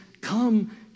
Come